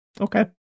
Okay